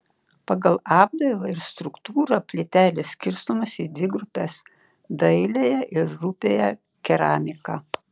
pagal apdailą ir struktūrą plytelės skirstomos į dvi grupes dailiąją ir rupiąją keramiką